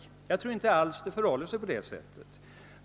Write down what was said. Jag tror inte alls att det förhåller sig på det sättet.